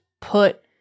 put